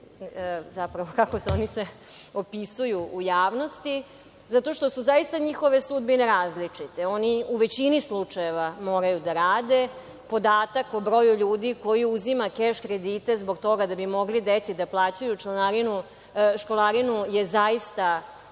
zapravo kako se oni sve opisuju u javnosti zato što su zaista njihove sudbine različite. Oni u većini slučajeva moraju da rade. Podatak o broju ljudi koji uzimaju keš kredite zbog toga da bi mogli deci da plaćaju članarinu, školarinu je zaista